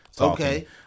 Okay